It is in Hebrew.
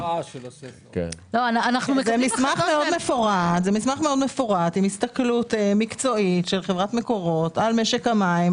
זה מסמך מאוד מפורט עם הסתכלות מקצועית של חברת מקורות על משק המים,